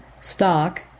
stock